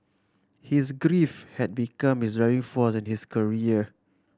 his grief had become his driving force in his career